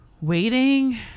waiting